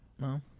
No